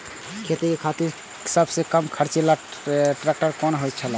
खेती के खातिर सबसे कम खर्चीला ट्रेक्टर कोन होई छै?